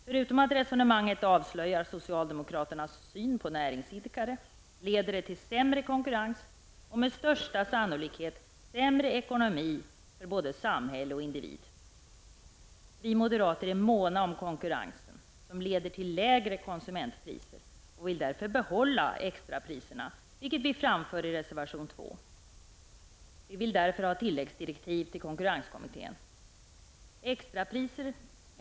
Förutom att resonemanget avslöjar socialdemokraternas syn på näringsidkare, leder det till sämre konkurrens och med största sannolikhet till sämre ekonomi för både samhälle och individ. Vi moderater är måna om konkurrensen, som leder till lägre konsumentpriser, och vill därför behålla extrapriserna, vilket vi framför i reservation 2. Vi vill därför att konkurrenskommittén skall ges tilläggsdirektiv.